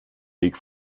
weg